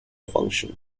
function